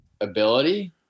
ability